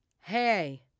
hey